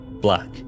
black